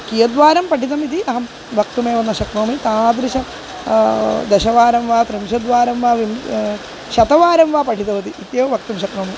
कियद्वारं पठितमिति अहं वक्तुमेव न शक्नोमि तादृशं दशवारं वा त्रिंशद्वारं वा विं शतवारं वा पठितवती इत्येव वक्तुं शक्नोमि